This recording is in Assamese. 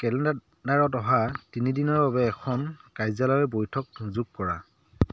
কেলেণ্ডাৰত অহা তিনিদিনৰ বাবে এখন কাৰ্য্যালয়ৰ বৈঠক যোগ কৰা